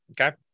Okay